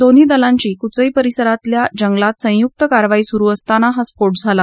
दोन्ही दलांची कुचई परिसरातल्या जंगलात संयुक्त कारवाई चालू असताना हा स्फोट झाला